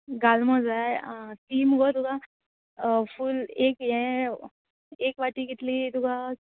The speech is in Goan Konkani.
गाल्मो जाय आ तीं मुगो तुका फूल एक यें एक वाटी कितली तुका